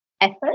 effort